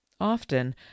Often